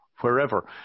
wherever